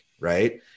right